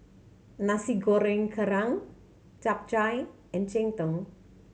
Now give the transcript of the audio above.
Nasi Goreng Kerang Chap Chai and cheng tng